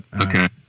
Okay